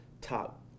top